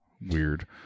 Weird